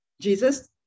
Jesus